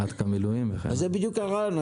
זה בדיוק הרעיון.